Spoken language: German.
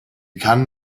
kann